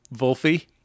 Wolfie